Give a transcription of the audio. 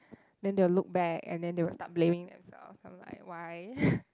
then they'll look back and then they'll start blaming themselves I'll be like why